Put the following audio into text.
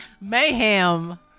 Mayhem